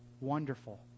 wonderful